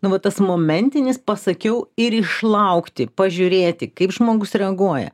nu va tas momentinis pasakiau ir išlaukti pažiūrėti kaip žmogus reaguoja